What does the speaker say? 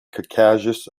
caucasus